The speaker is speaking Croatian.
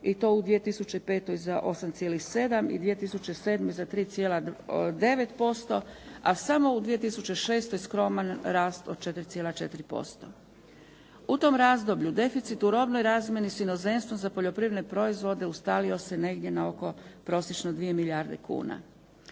i to u 2005. za 8,7 i 2007. za 3,9% a samo u 2006. skroman rast od 4,4%. U tom razdoblju deficit u robnoj razmjeni s inozemstvom za poljoprivredne proizvode ustalio se na negdje oko prosječno 2 milijarde kuna.